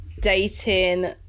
Dating